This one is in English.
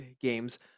Games